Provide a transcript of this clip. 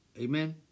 Amen